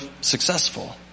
successful